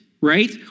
right